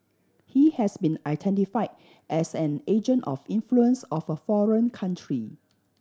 he has been identify as an agent of influence of a foreign country